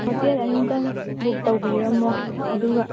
hotel ꯑꯅꯤꯇꯪ book ꯇꯧꯕꯤꯔꯝꯃꯣ ꯑꯗꯨꯒ